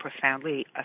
profoundly